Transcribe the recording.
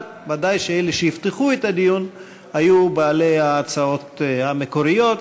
אבל ודאי שאלה שיפתחו את הדיון יהיו בעלי ההצעות המקוריות.